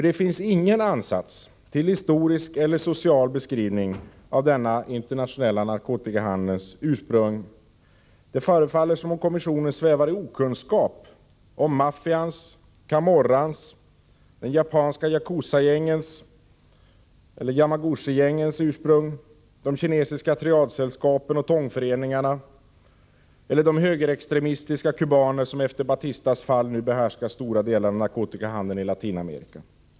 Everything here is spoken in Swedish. Det finns ingen ansats till historisk eller social beskrivning av den internationella narkotikahandelns ursprung. Det förefaller som om kommissionen svävar i okunskap om maffian, Camorran, de japanska Yakuzaoch Yamagushigängen, de kinesiska triadsällskapen och Tongföreningarna samt de högerextremistiska kubaner som efter Batistas fall nu behärskar stora delar av narkotikahandeln i Latinamerika.